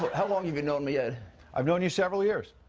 how long have you known me? ah i've known you several years.